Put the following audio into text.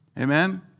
amen